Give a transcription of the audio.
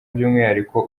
by’umwihariko